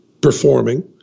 performing